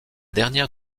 dernière